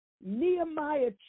Nehemiah